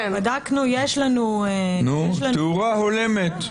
בדקנו, יש לנו --- תאורה הולמת.